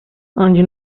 ande